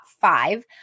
five